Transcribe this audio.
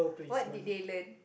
what did they learn